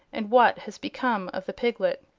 and what has become of the piglet.